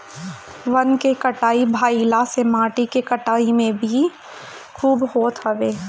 वन के कटाई भाइला से माटी के कटाव भी खूब होत हवे